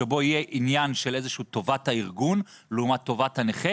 שבו יהיה עניין של איזה שהיא טובת ארגון לעומת טובת הנכה